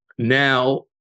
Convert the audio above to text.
Now